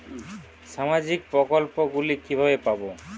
সামাজিক প্রকল্প গুলি কিভাবে পাব?